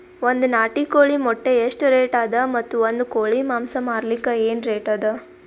ಒಂದ್ ನಾಟಿ ಕೋಳಿ ಮೊಟ್ಟೆ ಎಷ್ಟ ರೇಟ್ ಅದ ಮತ್ತು ಒಂದ್ ಕೋಳಿ ಮಾಂಸ ಮಾರಲಿಕ ಏನ ರೇಟ್ ಅದ?